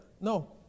No